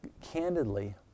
candidly